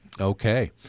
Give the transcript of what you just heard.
Okay